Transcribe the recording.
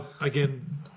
again